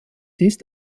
ist